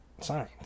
signed